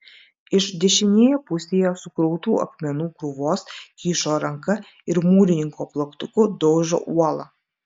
iš dešinėje pusėje sukrautų akmenų krūvos kyšo ranka ir mūrininko plaktuku daužo uolą